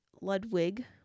ludwig